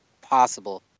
possible